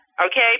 Okay